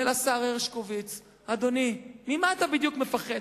ולשר הרשקוביץ, אדוני, ממה בדיוק אתה מפחד?